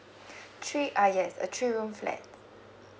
three uh yes a three room flat